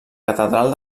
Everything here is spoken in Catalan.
catedral